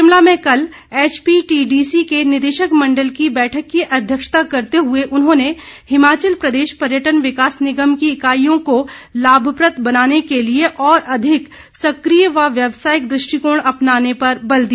शिमला में कल एचपीटीडीसी के निदेशक मंडल की बैठक की अध्यक्षता करते हुए उन्होंने हिमाचल प्रदेश पर्यटन विकास निगम की इकाईयों को लाभप्रद बनाने के लिए और अधिक सक्रिय व व्यावसायिक दृष्टिकोण अपनाने पर बल दिया